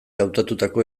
hautatutako